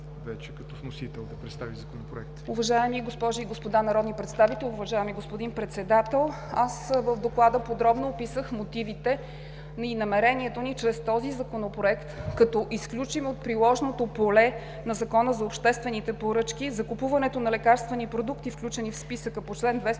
вече като вносител да представите Законопроекта.